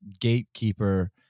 gatekeeper